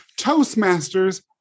toastmasters